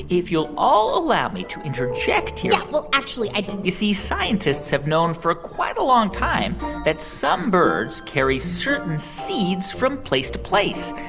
if you'll all allow me to interject here. yeah, well, actually, i didn't. you see, scientists have known for quite a long time that some birds carry certain seeds from place to place.